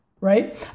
right